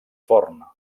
forn